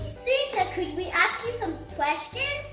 could we ask you some questions?